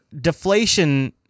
deflation